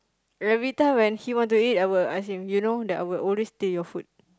everytime when he want to eat I will ask him you know I will always steal your food